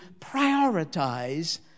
prioritize